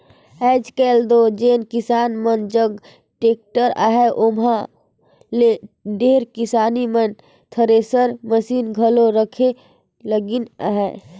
आएज काएल दो जेन किसान मन जग टेक्टर अहे ओमहा ले ढेरे किसान मन थेरेसर मसीन घलो रखे लगिन अहे